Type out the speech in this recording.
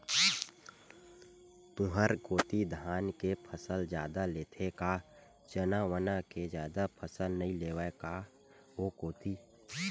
तुंहर कोती धाने के फसल जादा लेथे का चना वना के जादा फसल नइ लेवय का ओ कोती?